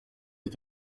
est